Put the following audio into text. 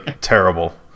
terrible